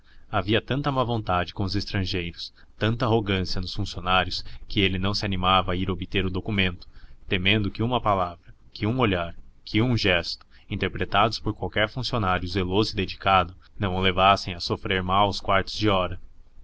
havia tanta má vontade com os estrangeiros tanta arrogância nos funcionários que ele não se animava a ir obter o documento temendo que uma palavra que um olhar que um gesto interpretados por qualquer funcionário zeloso e dedicado não o levassem a sofrer maus quartos de hora